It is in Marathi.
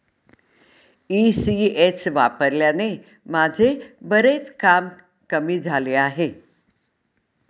ई.सी.एस वापरल्याने माझे बरेच काम कमी झाले आहे